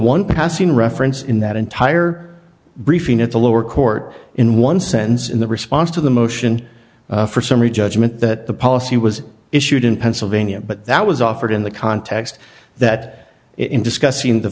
one passing reference in that entire briefing at the lower court in one sense in the response to the motion for summary judgment that the policy was issued in pennsylvania but that was offered in the context that in discussing the